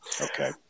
Okay